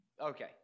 Okay